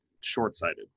short-sighted